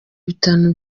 bitanu